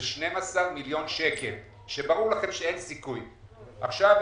זה 12 מיליון שקלים שברור לכם שאין סיכוי לממן.